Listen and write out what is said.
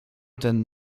ten